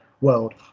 world